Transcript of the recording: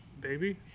Baby